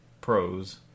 pros